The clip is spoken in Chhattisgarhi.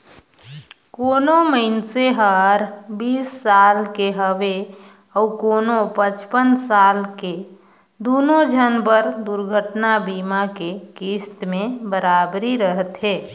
कोनो मइनसे हर बीस साल के हवे अऊ कोनो पचपन साल के दुनो झन बर दुरघटना बीमा के किस्त में बराबरी रथें